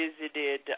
visited